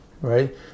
right